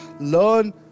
Learn